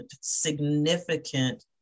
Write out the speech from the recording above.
significant